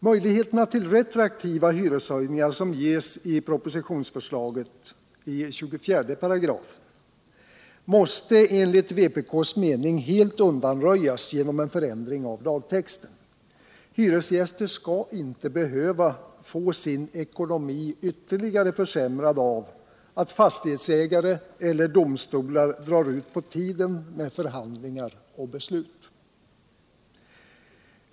Möjligheterna till retroaktiva hyreshöjningar, som ges i propositionens lagförslag, 248, måste enligt vpk:s mening helt undanröjas genom en förändring av lagtexten. Hyresgäster skall inte behöva få sin ekonomi ytterligare försämrad av att fastighetsägare eller domstolar drar ut på tiden med förhandlingar och beslut.